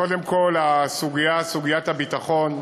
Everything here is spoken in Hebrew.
קודם כול, סוגיית הביטחון: